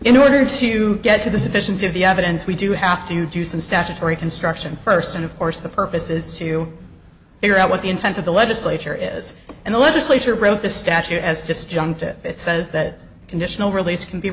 in order to get to the sufficiency of the evidence we do have to do some statutory construction first and of course the purpose is to figure out what the intent of the legislature is and the legislature wrote the statute as disjunctive it says that conditional release can be